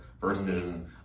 Versus